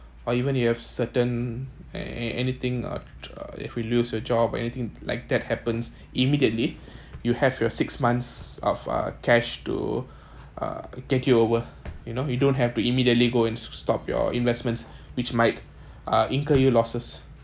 or even you have certain an~ an~ anything uh uh if you lose your job or anything like that happens immediately you have your six months of uh cash to uh take you over you know you don't have to immediately go and stop your investments which might uh incur you losses